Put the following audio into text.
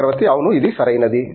చక్రవర్తి అవును అది సరైనదే